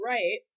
Right